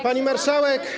Pani Marszałek!